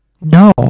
No